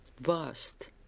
vast